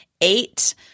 eight